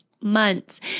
months